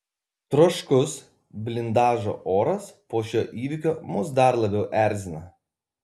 troškus blindažo oras po šio įvykio mus dar labiau erzina